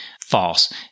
false